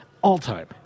All-time